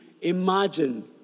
imagine